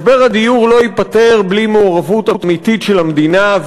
משבר הדיור לא ייפתר בלי מעורבות אמיתית של המדינה,